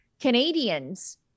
canadians